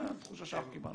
זו התחושה שאנחנו קיבלנו.